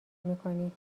میکنی